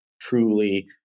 truly